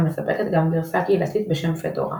המספקת גם גרסה קהילתית בשם פדורה.